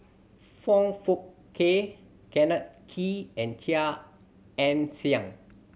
Foong Fook Kay Kenneth Kee and Chia Ann Siang